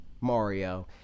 Mario